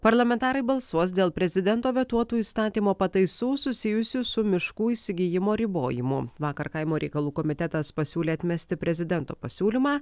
parlamentarai balsuos dėl prezidento vetuotų įstatymo pataisų susijusių su miškų įsigijimo ribojimu vakar kaimo reikalų komitetas pasiūlė atmesti prezidento pasiūlymą